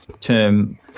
term